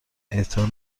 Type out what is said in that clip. اعطا